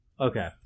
Okay